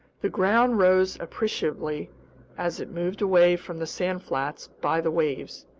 the ground rose appreciably as it moved away from the sand flats by the waves,